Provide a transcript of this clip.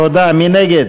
תשלום ריבית ועמלות,